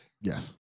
Yes